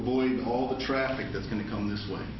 avoid all the traffic that's going to come this way